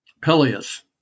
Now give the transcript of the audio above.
Peleus